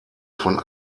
von